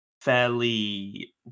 fairly